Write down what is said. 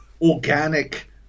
organic